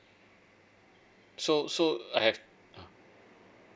so so I have uh